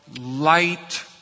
light